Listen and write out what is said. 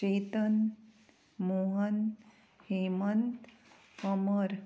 Chetan Mohan Hemant Amar